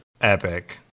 Epic